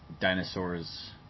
dinosaurs